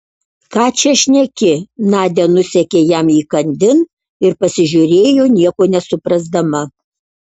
ką čia šneki nadia nusekė jam įkandin ir pasižiūrėjo nieko nesuprasdama